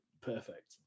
perfect